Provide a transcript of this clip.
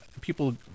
people